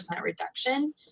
reduction